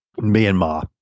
Myanmar